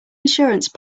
insurance